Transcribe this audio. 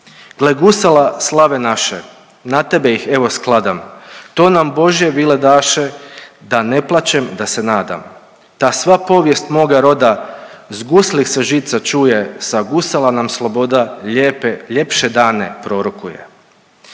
Glagusala slave naše na tebe ih evo skladam to nam božje bile daše da ne plačem, da se nadam da sva povijest moga roda s guslih se žica čuje sa gusala nam sloboda lijepe, ljepše dane prorokuje.